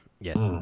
Yes